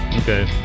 Okay